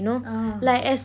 ah